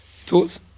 Thoughts